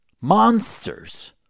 monsters